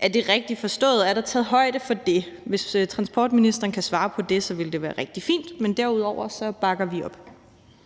Er det rigtigt forstået, at der er taget højde for det? Hvis transportministeren kan svare på det, vil det være rigtig fint. Men derudover bakker vi op